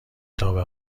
تابه